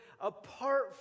apart